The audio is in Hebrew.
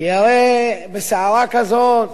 כי הרי בסערה כזאת